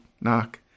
knock